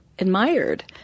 admired